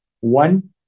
one